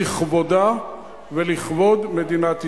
לכבודה ולכבוד מדינת ישראל.